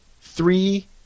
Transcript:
three